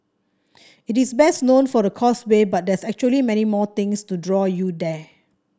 it is best known for the causeway but there's actually many more things to draw you there